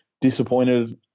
disappointed